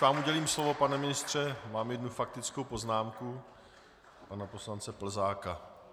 Než vám udělím slovo, pane ministře, mám jednu faktickou poznámku pana poslance Plzáka.